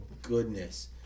Goodness